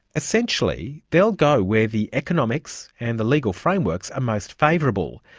essentially, they'll go where the economics and the legal frameworks are most favourable.